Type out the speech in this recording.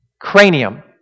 cranium